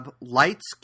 Light's